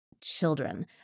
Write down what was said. children